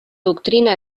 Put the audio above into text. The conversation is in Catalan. doctrina